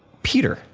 peter,